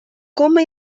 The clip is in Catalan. coma